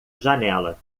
janela